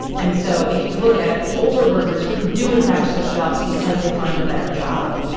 and so if you look at older workers who do, in fact, switch jobs because they find a better job,